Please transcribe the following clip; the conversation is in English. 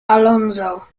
alonso